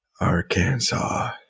Arkansas